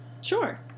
Sure